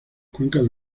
cuencas